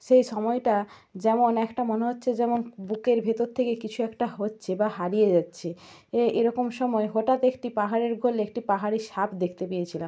সেই সময়টা যেমন একটা মনে হচ্ছে যেমন বুকের ভেতর থেকে কিছু একটা হচ্ছে বা হারিয়ে যাচ্ছে এ এরকম সময় হঠাৎ একটি পাহাড়ের কোলে একটি পাহাড়ি সাপ দেখতে পেয়েছিলাম